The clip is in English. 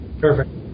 Perfect